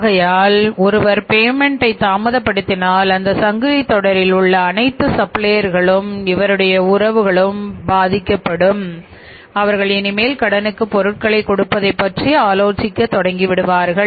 ஆகையால் ஒருவர் பேமென்ட் தாமதப்படுத்தினால் அந்த சங்கிலித் தொடரில் உள்ள அனைத்து சப்ளையர் இவருடைய உறவும் பாதிக்கப்பட்டுவிடும் அவர்கள் இனிமேல் கடனுக்கு பொருட்களை கொடுப்பதைப் பற்றி ஆலோசிக்க தொடங்கிவிடுவார்கள்